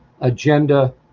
agenda